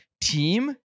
team